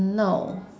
no